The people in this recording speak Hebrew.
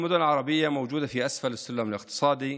(אומר דברים בשפה הערבית,